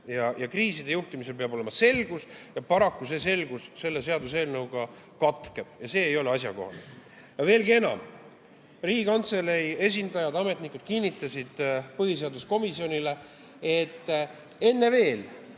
Kriiside juhtimisel peab valitsema selgus, kuid paraku selgus selle seaduseelnõuga katkeb. See ei ole asjakohane. Ja veelgi enam. Riigikantselei esindajad, ametnikud kinnitasid põhiseaduskomisjonile, et veel